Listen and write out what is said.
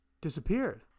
disappeared